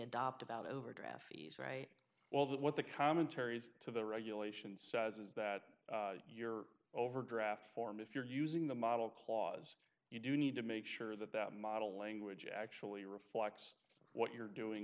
adopt about overdraft fees right well that what the commentaries to the regulations says is that your overdraft form if you're using the model clause you do need to make sure that that model language actually reflects what you're doing